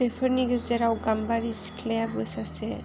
बेफोरनि गेजेराव गाम्बारि सिख्लायाबो सासे